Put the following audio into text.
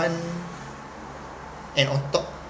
and on top